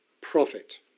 profit